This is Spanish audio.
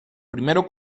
primero